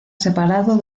separado